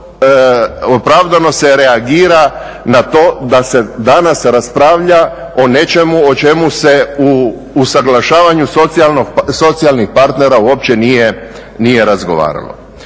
opravdano se reagira na to da se danas raspravlja o nečemu o čemu se u usuglašavanju socijalnih partnera uopće nije razgovaralo.